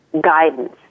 guidance